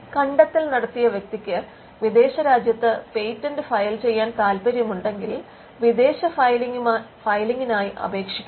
കണ്ടത്തെൽ നടത്തിയ വ്യക്തിക്ക് വിദേശ രാജ്യത്ത് പേറ്റന്റ് ഫയൽ ചെയ്യാൻ താൽപ്പര്യമുണ്ടെങ്കിൽ വിദേശ ഫയലിംഗിനായി അപേക്ഷിക്കണം